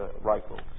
rifle